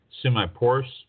semi-porous